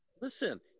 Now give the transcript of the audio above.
Listen